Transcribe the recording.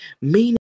Meaning